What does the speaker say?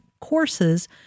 courses